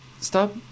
Stop